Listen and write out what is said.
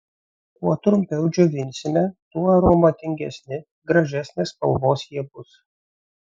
kuo trumpiau džiovinsime tuo aromatingesni gražesnės spalvos jie bus